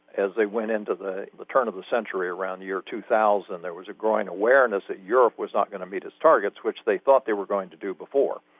as they went into the the turn of the century around the year two thousand, there was a growing awareness that europe was not going to meet its targets, which they thought they were going to do before.